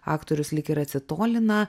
aktorius lyg ir atsitolina